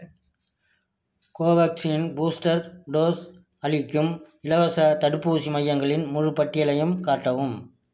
Covaxin booster dose அளிக்கும் இலவசத் தடுப்பூசி மையங்களின் முழுப் பட்டியலையும் காட்டவும்